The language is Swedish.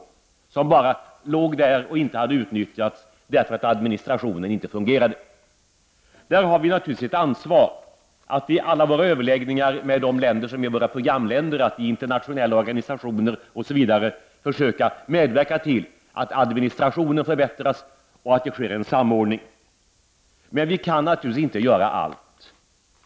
Det låg bara där utan att utnyttjas, därför att administrationen inte fungerade. Här har vi naturligtvis ett ansvar att vid alla våra överläggningar med länder som är våra programländer i internationella organisationer m.m. söka medverka till att administrationen förbättras och att det sker en samordning. Men vi kan naturligtvis inte göra allt.